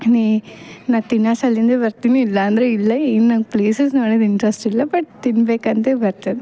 ನೀ ನಾ ತಿನ್ನೊಸಲಿಂದೆ ಬರ್ತಿನಿ ಇಲ್ಲಾಂದರೆ ಇಲ್ಲೆ ಇನ್ನು ಪ್ಲೇಸಸ್ ನೋಡೋದ್ ಇಂಟ್ರೆಸ್ಟ್ ಇಲ್ಲ ಬಟ್ ತಿನ್ಬೇಕು ಅಂತೆ ಬರ್ತಿನ್